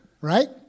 right